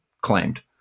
claimed